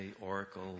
Oracle